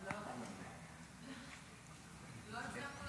לא הבנתי רק למי אתה רוצה שישלמו